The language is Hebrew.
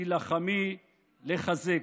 תילחמי לחזק.